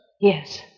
Yes